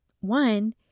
one